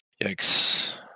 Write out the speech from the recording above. Yikes